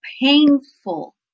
painful